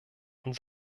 und